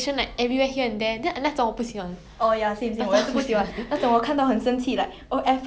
ya ya